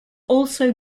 also